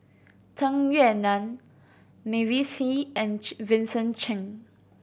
Tung Yue Nang Mavis Hee and Vincent Cheng